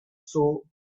soon